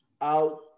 Out